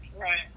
Right